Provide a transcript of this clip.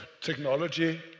technology